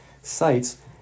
sites